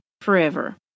forever